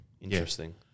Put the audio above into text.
Interesting